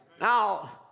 Now